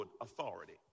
authority